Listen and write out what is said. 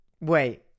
Wait